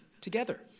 together